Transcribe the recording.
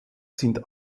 sind